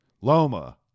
Loma